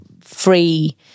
free